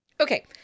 Okay